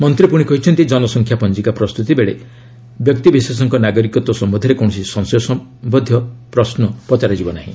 ମନ୍ତ୍ରୀ ପୁଣି କହିଛନ୍ତି ଜନସଂଖ୍ୟା ପଞ୍ଜିକା ପ୍ରସ୍ତୁତି ବେଳେ ବ୍ୟକ୍ତିବିଶେଷଙ୍କ ନାଗରିକତ୍ୱ ସମ୍ଭନ୍ଧରେ କୌଣସି ସଂଶୟ ସମ୍ଭନ୍ଧରେ ମଧ୍ୟ ଯାଞ୍ଚ କରାଯିବ ନାହିଁ